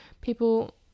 people